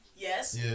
Yes